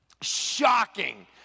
shocking